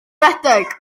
redeg